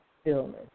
stillness